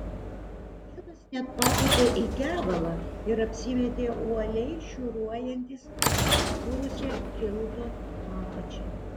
vienas net papūtė į kevalą ir apsimetė uoliai šiūruojantis apspurusia kilto apačia